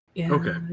okay